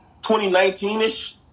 2019-ish